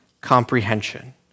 comprehension